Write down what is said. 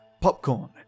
Popcorn